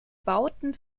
bauten